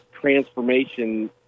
transformation